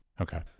Okay